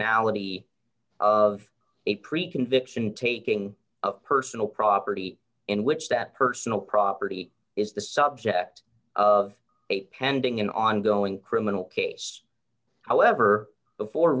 analogies of a pre conviction taking a personal property in which that personal property is the subject of a pending an ongoing criminal case however before